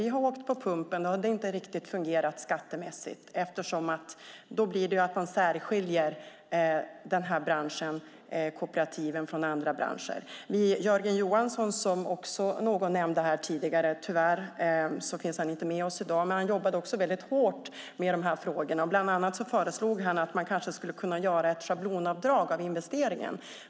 Vi har dock åkt på pumpen, och det har inte riktigt fungerat skattemässigt, eftersom man särskiljer dessa kooperativ från andra branscher. Tyvärr finns inte Jörgen Johansson, som nämndes tidigare, med oss i dag, men han jobbade hårt med dessa frågor. Bland annat föreslog han att man skulle kunna göra ett schablonavdrag av investeringen.